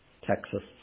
Texas